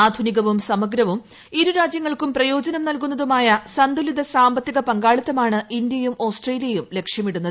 ആധുനികവും സമഗ്രവും ഇരു രാജ്യങ്ങൾക്കും പ്രയോജന്റും നൽകുന്നതുമായ സന്തുലിത സാമ്പത്തിക പങ്കാളിത്തമാണ് ് ഇന്ത്യയും ഓസ്ട്രേലിയയും ലക്ഷ്യമിടുന്നത്